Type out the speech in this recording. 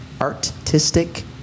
artistic